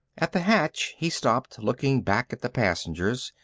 at the hatch he stopped, looking back at the passengers,